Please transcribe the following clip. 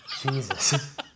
Jesus